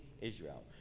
israel